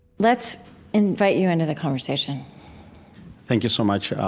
let's invite you into the conversation thank you so much.